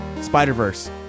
Spider-Verse